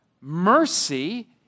mercy